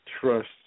trust